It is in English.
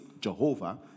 Jehovah